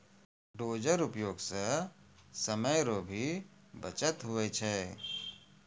dozer उपयोग से समय रो भी बचत हुवै छै